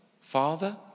father